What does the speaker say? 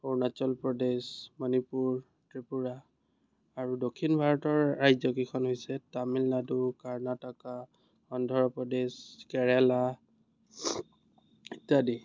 অৰুণাচল প্ৰদেশ মণিপুৰ ত্ৰিপুৰা আৰু দক্ষিণ ভাৰতৰ ৰাজ্যকেইখন হৈছে তামিলনাডু কৰ্ণাটকা অন্ধ্ৰ প্ৰদেশ কেৰেলা ইত্যাদি